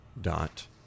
dot